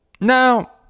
Now